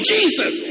Jesus